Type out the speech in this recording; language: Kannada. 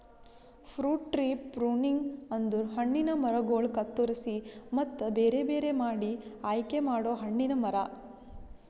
ಫ್ರೂಟ್ ಟ್ರೀ ಪ್ರುಣಿಂಗ್ ಅಂದುರ್ ಹಣ್ಣಿನ ಮರಗೊಳ್ ಕತ್ತುರಸಿ ಮತ್ತ ಬೇರೆ ಬೇರೆ ಮಾಡಿ ಆಯಿಕೆ ಮಾಡೊ ಹಣ್ಣಿನ ಮರ